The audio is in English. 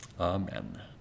Amen